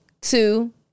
two